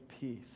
peace